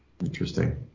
Interesting